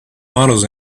models